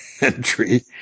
entry